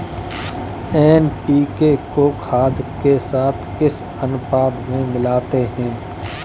NPK को खाद के साथ किस अनुपात में मिलाते हैं?